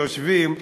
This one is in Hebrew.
יושבים,